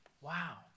Wow